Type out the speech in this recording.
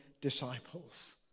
disciples